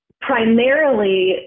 primarily